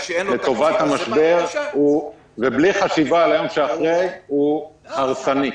לטובת המשבר ובלי חשיבה ליום שאחרי הוא הרסני.